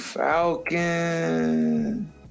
Falcon